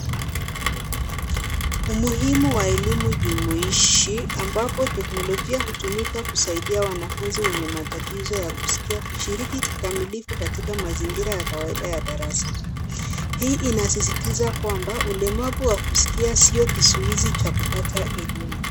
Umuhimu wa elimu jumuishi ambapo teknolojia hutumika kusaidia wanafunzi wenye matatizo ya kusikia kushiriki kikamilifu katika mazingira ya kawaida ya darasa, hii inasisitiza kwamba ulemavu wa kusikia sio kizuizi cha kupata elimu.